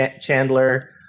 Chandler